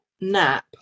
nap